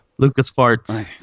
Lucasfarts